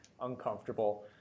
uncomfortable